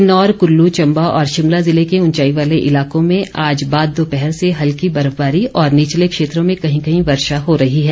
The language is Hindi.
किन्नौर कल्ल चम्बा और शिमला ज़िले के ऊंचाई वाले इलाकों में आज बाद दोपहर से हल्की बर्फबारी और निचले क्षेत्रों में कही कहीं वर्षा हो रही है